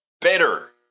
better